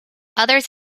others